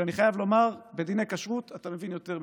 ואני חייב לומר שבדיני כשרות אתה מבין יותר ממני,